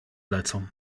lecą